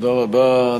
תודה רבה,